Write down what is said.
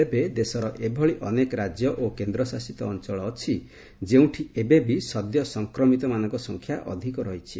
ତେବେ ଦେଶର ଏଭଳି ଅନେକ ରାଜ୍ୟ ଓ କେନ୍ଦ୍ରଶାସିତ ଅଞ୍ଚଳ ଅଛି ଯେଉଁଠି ଏବେବି ସଦ୍ୟ ସଂକ୍ରମିତମାନଙ୍କ ସଂଖ୍ୟା ଅଧିକ ରହିଛି